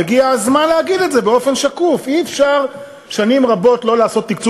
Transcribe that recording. והגיע הזמן להגיד את זה באופן שקוף: אי-אפשר שנים רבות לא לעשות תקצוב